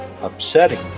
upsetting